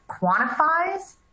quantifies